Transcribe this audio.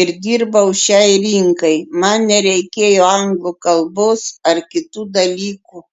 ir dirbau šiai rinkai man nereikėjo anglų kalbos ar kitų dalykų